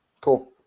Cool